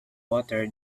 water